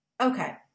okay